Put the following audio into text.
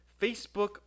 Facebook